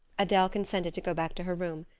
adele consented to go back to her room.